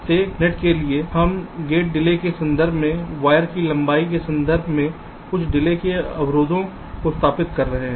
प्रत्येक नेट के लिए हम गेट की डिले के संदर्भ में वायर की लंबाई के संदर्भ में कुछ डिले के अवरोधों को स्थापित कर रहे हैं